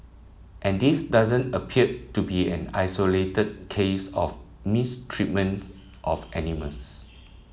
and this doesn't appear to be an isolated case of mistreatment of animals